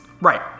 Right